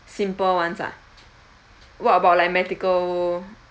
simple ones ah what about like medical